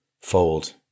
fold